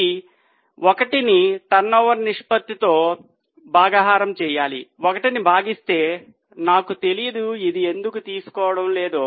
ఇది 1 ని టర్నోవర్ నిష్పత్తి తో భాగాహారం చేయాలి 1 ని భాగిస్తే నాకు తెలియదు ఎందుకు ఇది తీసుకోవడం లేదు